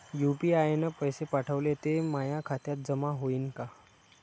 UPI न पैसे पाठवले, ते माया खात्यात जमा होईन का?